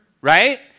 right